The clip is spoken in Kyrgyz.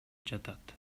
жатат